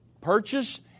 purchase